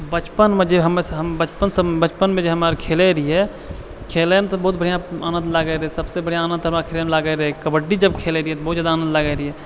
बचपनमे जे हमे बचपन सब बचपन बचपनमे जे हम आर खेलय रहियै खेलयमे तऽ बहुत बढ़िआँ आनन्द लागय रहय सबसँ बढ़िआँ आनन्द तऽ हमरा खेलयमे लागय रहय कबड्डी जब खेलय रहियै तऽ बहुत जादा आनन्द लागय रहियै